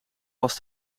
pas